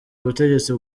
ubutegetsi